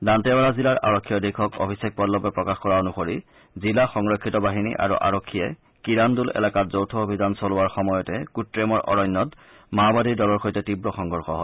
দান্তেৱাৰা জিলাৰ আৰক্ষী অধীক্ষক অভিষেক পল্লৱে প্ৰকাশ কৰা অনুসৰি জিলা সংৰক্ষিত বাহিনী আৰু আৰক্ষীয়ে কিৰাণদুল এলেকাত যৌথ অভিযান চলোৱাৰ সময়তে কুট্টেমৰ অৰণ্যত মাওবাদীৰ দলৰ সৈতে তীৱ সংঘৰ্ষ হয়